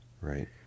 Right